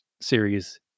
series